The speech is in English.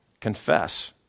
Confess